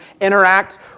interact